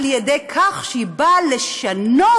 על ידי כך שהיא באה לשנות